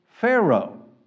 Pharaoh